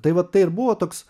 tai vat tai ir buvo toks